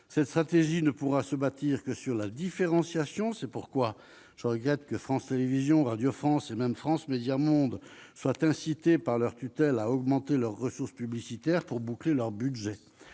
Cette stratégie ne pourra se bâtir que sur la différenciation. C'est pourquoi je regrette que France Télévisions, Radio France et même France Médias Monde soient incitées par leurs tutelles à augmenter leurs ressources publicitaires pour boucler leur budget.